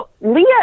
leah